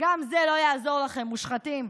גם זה לא יעזור לכם, מושחתים.